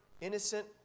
innocent